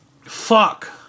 Fuck